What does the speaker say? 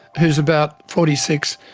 who is about forty six,